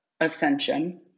ascension